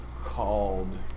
called